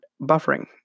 buffering